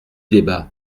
débat